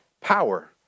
power